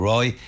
Roy